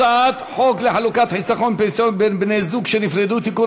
הצעת חוק לחלוקת חיסכון פנסיוני בין בני-זוג שנפרדו (תיקון,